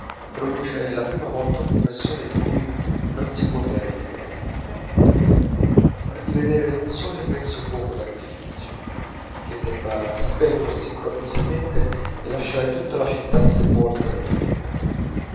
produce la prima volta un'impressione di cui non si può dare l'idea par di vedere un solo immenso fuoco d'artifizio che debba spegnersi improvvisamente e lasciar tutta la città sepolta nel fumo